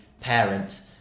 parent